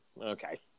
okay